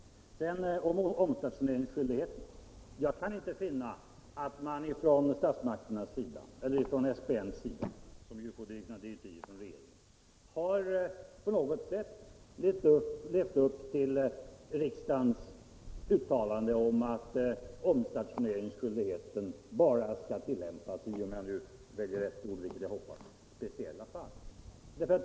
Beträffande omstationeringsskyldigheten kan jag inte finna att man från SPN, som ju får sina direktiv från regeringen, på något sätt har levt upp till riksdagens uttalande om att denna bara skall tillämpas i — som jag tror formuleringen lyder — speciella fall.